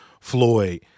Floyd